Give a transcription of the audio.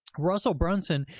russell brunson,